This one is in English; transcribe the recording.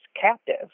captive